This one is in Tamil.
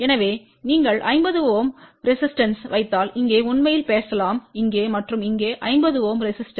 எனவே நீங்கள் 50 Ω ரெசிஸ்டோர்யத்தை வைத்தால் இங்கே உண்மையில் பேசலாம் இங்கே மற்றும் இங்கே 50 Ω ரெசிஸ்டோர்